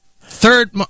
Third